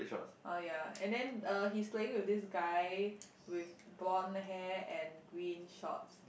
oh ya and then uh he's playing with this guy with blonde hair and green shorts